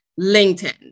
LinkedIn